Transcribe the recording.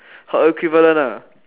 her equivalent ah